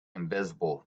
invisible